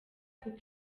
kuko